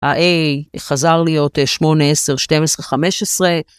ה-A חזר להיות 8, 10, 12, 15.